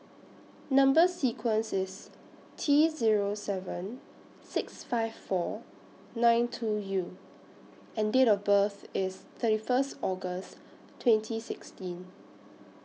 Number sequence IS T Zero seven six five four nine two U and Date of birth IS thirty First August twenty sixteen